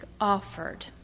offered